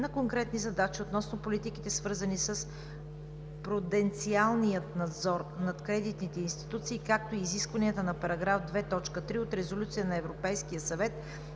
на конкретни задачи относно политиките, свързани с пруденциалния надзор над кредитните институции, както и изискванията на параграф 2.3 от Резолюция на Европейския съвет